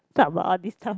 talk about this time